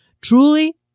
Truly